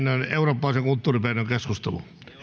eurooppalaisen kulttuuriperinnön keskusteluun